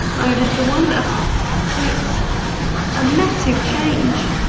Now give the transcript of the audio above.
i don't have to wonder, and it's a massive change.